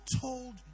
told